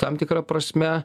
tam tikra prasme